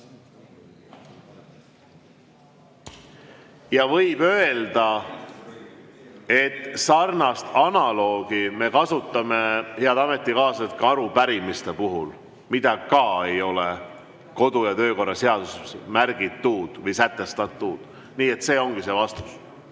Võib öelda, et sarnast analoogiat me kasutame, head ametikaaslased, ka arupärimiste puhul, mida ka ei ole kodu‑ ja töökorra seaduses märgitud või sätestatud. Nii et see ongi vastus.